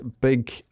big